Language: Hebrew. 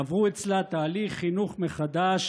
עברו אצלה תהליך חינוך מחדש